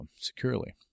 securely